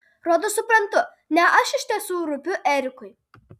rodos suprantu ne aš iš tiesų rūpiu erikui